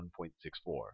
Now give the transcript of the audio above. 1.64